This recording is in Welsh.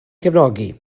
cefnogi